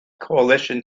coalition